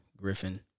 Griffin